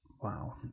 Wow